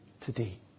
today